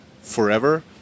forever